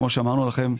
כפי שאמרנו לכם,